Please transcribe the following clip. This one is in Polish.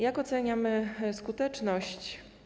Jak oceniamy skuteczność?